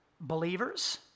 believers